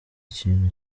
kintu